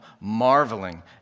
marveling